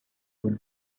would